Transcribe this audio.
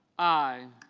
i.